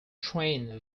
trained